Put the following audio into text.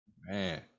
man